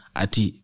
ati